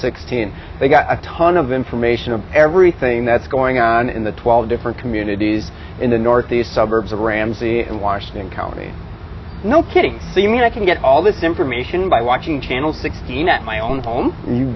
sixteen they've got a ton of information on everything that's going on in the twelve different communities in the northeast suburbs of ramsey and washington county no kidding the media can get all this information by watching channel sixteen at my own home you